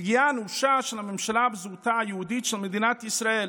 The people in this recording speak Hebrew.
פגיעה אנושה של הממשלה בזהותה היהודית של מדינת ישראל.